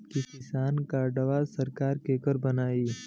किसान कार्डवा सरकार केकर बनाई?